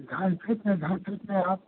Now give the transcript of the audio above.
घन फिट में घन फिट में आप